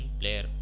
player